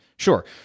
Sure